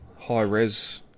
high-res